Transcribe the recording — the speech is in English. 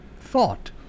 thought